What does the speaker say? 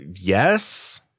Yes